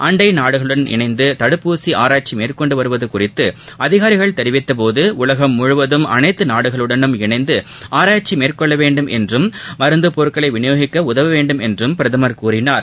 அன்டை நாடுகளுடன் இணைந்து தடுப்பூசி அராய்ச்சி மேற்கொண்டு வருவது குறித்து அதிகாரிகள் தெரிவித்த போது உலகம் முழுவதும் அனைத்து நாடுகளுடன் இணைந்து ஆராய்ச்சி மேற்கொள்ள வேண்டும் என்றும் மருந்து பொருட்கள் விநியோகிக்க உதவ வேண்டும் என்றும் பிரதமர் கூறினார்